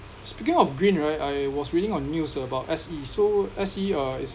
speaking of green right I was reading on the news about S_E so S_E uh is